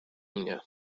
mnie